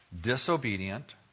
disobedient